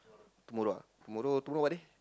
tomorrow ah tomorrow tomorrow what day